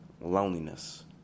loneliness